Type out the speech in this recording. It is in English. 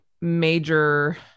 major